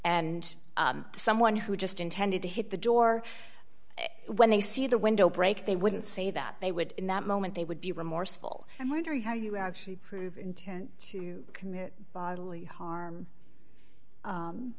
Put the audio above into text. and someone who just intended to hit the door when they see the window break they wouldn't say that they would in that moment they would be remorseful and wonder how you actually prove intent to commit bodily harm